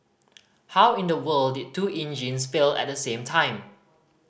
how in the world did two engines fail at the same time